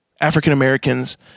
African-Americans